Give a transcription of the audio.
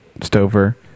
Stover